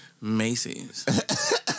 Macy's